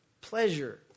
pleasure